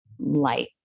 light